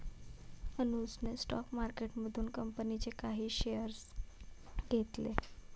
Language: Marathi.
अनुजने स्टॉक मार्केटमधून कंपनीचे काही शेअर्स घेतले